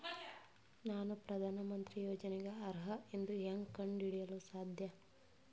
ನಾನು ಪ್ರಧಾನ ಮಂತ್ರಿ ಯೋಜನೆಗೆ ಅರ್ಹ ಎಂದು ಹೆಂಗ್ ಕಂಡ ಹಿಡಿಯಲು ಸಾಧ್ಯ?